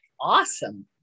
awesome